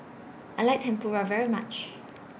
I like Tempura very much